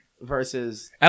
versus